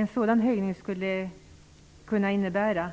En sådan höjning skulle kunna innebära